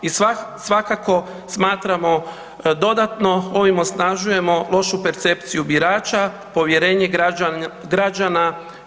I svakako smatramo dodatno ovim osnažujemo lošu percepciju birača, povjerenje građana itd.